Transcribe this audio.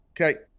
Okay